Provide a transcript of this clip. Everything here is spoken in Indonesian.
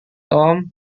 tom